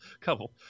couple